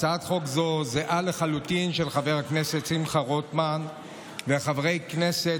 הצעת חוק זהה לחלוטין של חבר הכנסת שמחה רוטמן וחברי כנסת